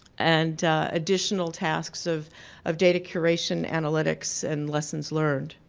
and additional tasks of of data curation, analytics, and lessons learned.